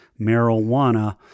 marijuana